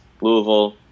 Louisville